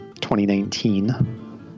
2019